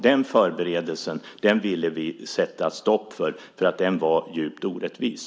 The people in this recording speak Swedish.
Den förberedelsen ville vi sätta stopp för eftersom den var djupt orättvis.